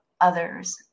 others